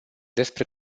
despre